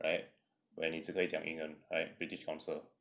and where 你只可以讲英文 at british council